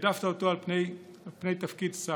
והעדפת אותו על תפקיד שר.